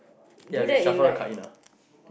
yeah reshuffle the card in ah